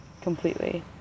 Completely